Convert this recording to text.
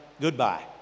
goodbye